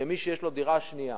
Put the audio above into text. שמי שיש לו דירה שנייה,